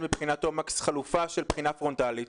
בבחינת תומקס חלופה של בחינה פרונטלית,